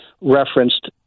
referenced